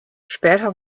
später